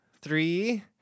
three